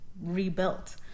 rebuilt